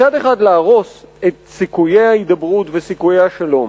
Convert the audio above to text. מצד אחד להרוס את סיכויי ההידברות וסיכויי השלום,